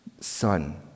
son